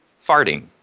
farting